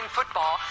Football